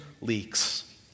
leaks